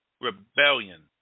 rebellion